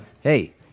Hey